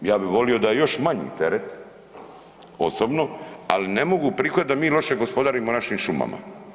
Ja bi volio da je još manji teret osobno, ali ne mogu prihvatiti da mi loše gospodarimo našim šumama.